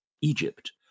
Egypt